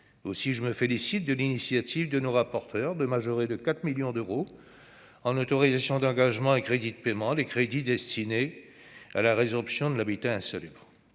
Aussi, je salue l'initiative de nos rapporteurs de majorer de 4 millions d'euros en autorisations d'engagement et en crédits de paiement les crédits destinés à la résorption de l'habitat insalubre.